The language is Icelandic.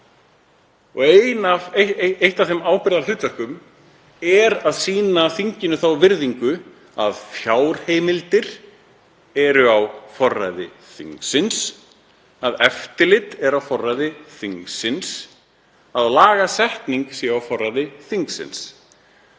Eitt af ábyrgðarhlutverkunum er að sýna þinginu þá virðingu að fjárheimildir séu á forræði þingsins, að eftirlit sé á forræði þingsins, að lagasetning sé á forræði þingsins.